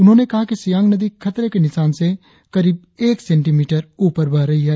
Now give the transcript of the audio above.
उन्होंने कहा कि सियांग नदी खतरे के निशान से करीब एक सेंटीमीटर ऊपर बह रही है